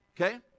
okay